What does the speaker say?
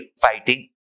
fighting